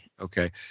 Okay